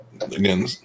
Again